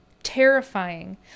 terrifying